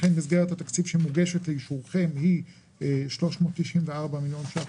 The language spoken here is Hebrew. מסגרת התקציב שמוגשת לאישורכם היא 394 מיליון ₪,